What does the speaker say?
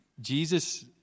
Jesus